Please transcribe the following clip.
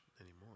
anymore